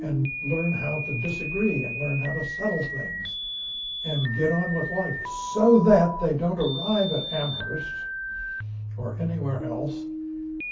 and learn how to disagree and learn how to settle things and get on with life, so that they don't arrive at amherst or anywhere else